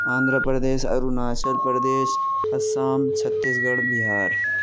Andhra Pradesh Arunachal Pradesh Assam Chhattisgarh Bihar